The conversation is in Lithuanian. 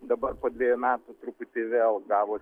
dabar po dvejų metų truputį vėl gavos